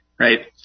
Right